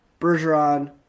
Bergeron